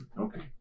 Okay